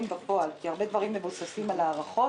בפועל - הרבה דברים מבוססים על הערכות,